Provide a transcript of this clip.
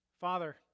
Father